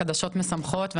חדשות משמחות.